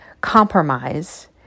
compromise